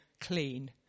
clean